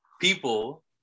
people